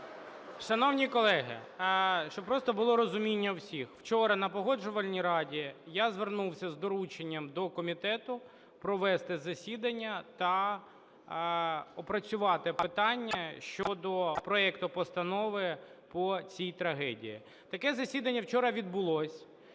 Шановні колеги, щоб просто було розуміння у всіх, учора на Погоджувальні раді я звернувся з дорученням до комітету провести засідання та опрацювати питання щодо проекту постанови по цій трагедії. Таке засідання вчора відбулося.